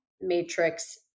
Matrix